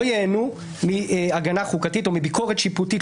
ייהנו מהגנה חוקתית או מביקורת שיפוטית.